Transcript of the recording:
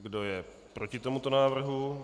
Kdo je proti tomuto návrhu?